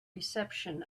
reception